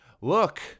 look